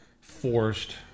Forced